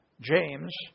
James